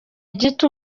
gito